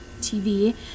TV